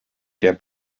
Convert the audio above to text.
der